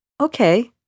Okay